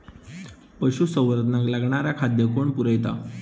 पशुसंवर्धनाक लागणारा खादय कोण पुरयता?